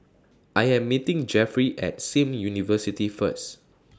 I Am meeting Jefferey At SIM University First